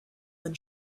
than